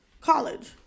College